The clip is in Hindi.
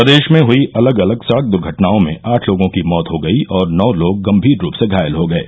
प्रदेश में हुयी अलग अलग सड़क दुर्घटनाओं में आठ लोगों की मौत हो गयी और नौ लोग गम्मीर रूप से घायल हो गये